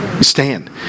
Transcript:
Stand